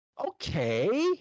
okay